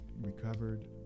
recovered